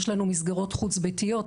יש לנו מסגרות חוץ ביתיות,